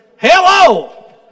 Hello